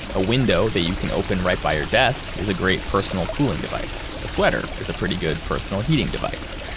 a window that you can open right by your desk is a great personal cooling device. a sweater is a pretty good personal heating device,